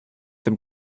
dem